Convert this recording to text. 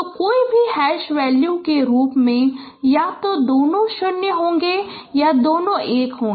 तो कोई भी हैश वैल्यू के रूप में या तो दोनों 0 हैं या दोनों 1 हैं